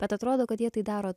bet atrodo kad jie tai daro